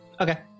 Okay